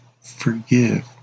forgive